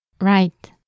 Right